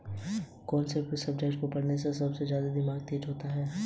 मौसम कितने प्रकार के होते हैं?